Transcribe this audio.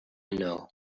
know